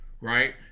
Right